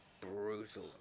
brutal